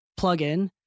plugin